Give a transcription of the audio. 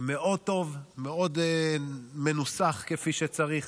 מאוד טוב, מנוסח כפי שצריך.